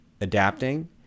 adapting